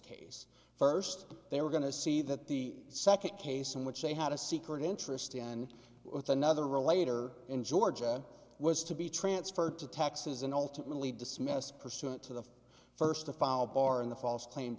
case first they were going to see that the second case in which they had a secret interest in with another relator in georgia was to be transferred to taxes and ultimately dismissed pursuant to the first to file bar in the false claims